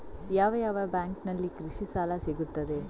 ಯಾವ ಯಾವ ಬ್ಯಾಂಕಿನಲ್ಲಿ ಕೃಷಿ ಸಾಲ ಸಿಗುತ್ತದೆ?